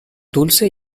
dulce